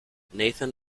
nathan